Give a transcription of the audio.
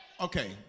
okay